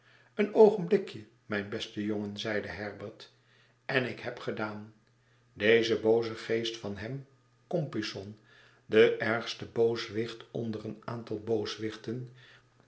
een oogenblikje mijn beste jongen zeide herbert en ik heb gedaan die booze geest van hem compeyson de ergste booswicht onder een aantal